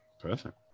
perfect